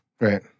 Right